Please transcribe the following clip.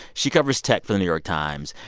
she covers tech for the new york times,